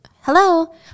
hello